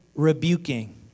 rebuking